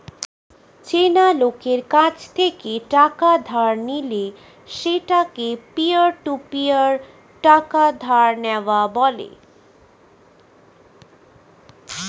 চেনা লোকের কাছ থেকে টাকা ধার নিলে সেটাকে পিয়ার টু পিয়ার টাকা ধার নেওয়া বলে